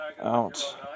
out